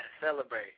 Celebrate